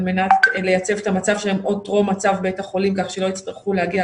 מנת לייצב את המצב שלהם עוד טרום מצב בית חולים כך שלא יצטרכו להגיע